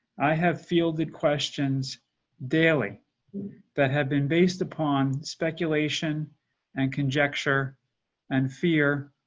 i have fielded questions daily that had been based upon speculation and conjecture and fear.